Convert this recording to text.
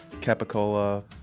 capicola